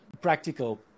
practical